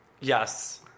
Yes